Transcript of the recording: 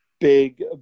big